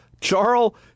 Charles